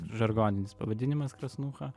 žargoninis pavadinimas krasnucha